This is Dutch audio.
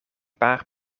paar